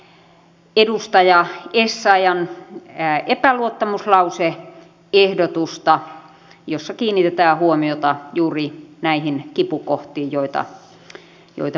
kannatan edustaja essayahn epäluottamuslause ehdotusta jossa kiinnitetään huomiota juuri näihin kipukohtiin joita puheessani mainitsin